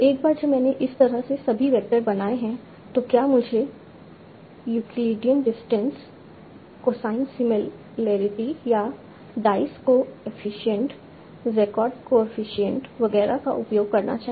एक बार जब मैंने इस तरह से सभी वैक्टर बनाए हैं तो क्या मुझे यूक्लिडियन डिस्टेंस कोसाइन सिमिलैरिटी या डाइस कोएफिशिएंट जैकार्ड कोएफिशिएंट वगैरह का उपयोग करना चाहिए